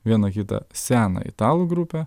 vieną kitą seną italų grupę